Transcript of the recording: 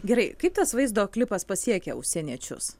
gerai kaip tas vaizdo klipas pasiekia užsieniečius